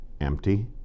empty